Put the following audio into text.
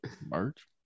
merch